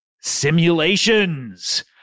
simulations